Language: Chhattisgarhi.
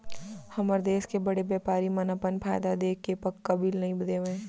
हमर देस के बड़े बैपारी मन अपन फायदा देखके पक्का बिल नइ देवय